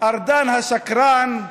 ארדן השקרן,